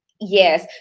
yes